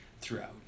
throughout